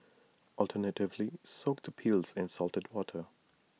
alternatively soak the peels in salted water